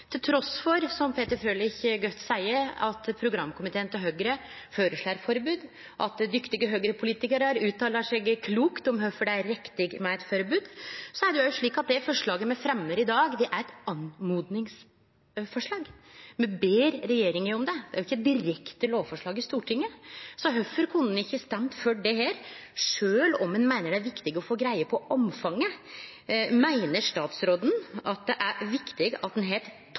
som Peter Frølich så godt seier det, at programkomiteen til Høgre føreslår forbod, og at dyktige Høgre-politikarar uttalar seg klokt om kvifor det er riktig med eit forbod. Det er også slik at det forslaget me fremjar i dag, er eit oppmodingsforslag. Me ber regjeringa om det. Det er ikkje eit direkte lovforslag i Stortinget. Så kvifor kunne ein ikkje stemt for dette, sjølv om ein meiner det er viktig å få greie på omfanget? Meiner statsråden det er viktig at ein har